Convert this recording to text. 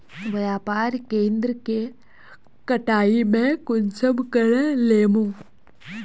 व्यापार केन्द्र के कटाई में कुंसम करे लेमु?